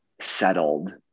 settled